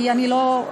כי אני לא,